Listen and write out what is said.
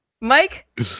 Mike